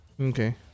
Okay